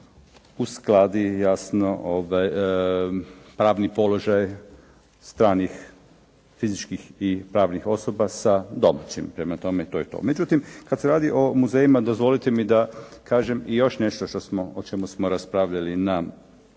uskladi jasno pravni položaj stranih fizičkih i pravnih osoba sa domaćim. Prema tome, to je to. Međutim kad se radi o muzejima, dozvolite mi da kažem i još nešto o čemu smo raspravljali na odboru,